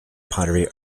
pottery